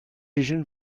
için